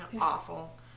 Awful